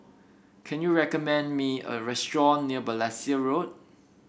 can you recommend me a restaurant near Balestier Road